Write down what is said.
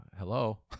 Hello